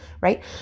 right